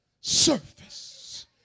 surface